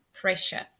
pressure